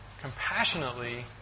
compassionately